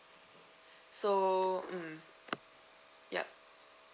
so mm yup